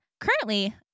Currently